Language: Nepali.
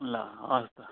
ल हवस् त